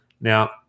Now